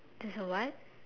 there's a what